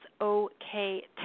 okay